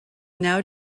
now